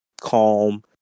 calm